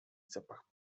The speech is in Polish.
zapach